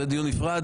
זה דיון נפרד.